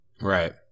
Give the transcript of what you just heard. right